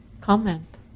comment